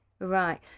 right